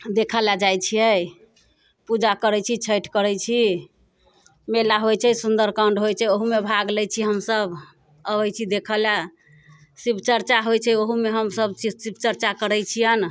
देखऽ लए जाइ छियै पूजा करै छी छठि करै छी मेला होइ छै सुन्दरकाण्ड होइ छै ओहूमे भाग लै छी हमसभ अबै छी देखऽ लए शिवचर्चा होइ छै ओहूमे हमसभ शी शिवचर्चा करै छियनि